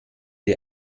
ihr